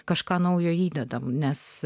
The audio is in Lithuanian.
kažką naujo įdedame nes